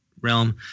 realm